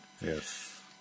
Yes